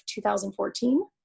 2014